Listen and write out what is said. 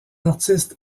artiste